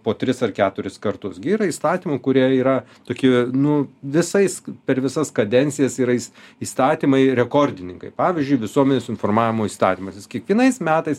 po tris ar keturis kartus gi yra įstatymų kurie yra tokie nu visais per visas kadencijas yra jis įstatymai rekordininkai pavyzdžiui visuomenės informavimo įstatymas jis kiekvienais metais